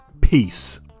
Peace